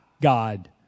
God